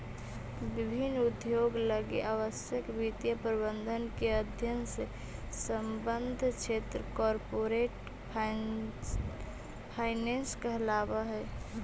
विभिन्न उद्योग लगी आवश्यक वित्तीय प्रबंधन के अध्ययन से संबद्ध क्षेत्र कॉरपोरेट फाइनेंस कहलावऽ हइ